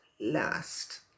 last